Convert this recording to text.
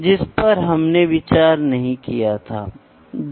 तो ये माप के विभिन्न लेवल हैं